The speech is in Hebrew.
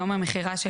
"יום המכירה",